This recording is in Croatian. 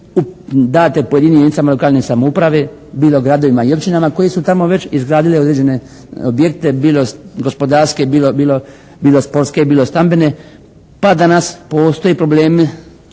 date pojedinim jedinicama lokalne samouprave bilo gradovima i općinama koji su tamo već izgradili određene objekte bilo gospodarske i bilo sportske i bilo stambene pa danas postoji problem